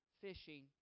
fishing